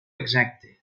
exacte